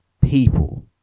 People